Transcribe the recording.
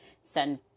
send